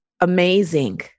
amazing